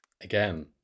Again